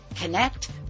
connect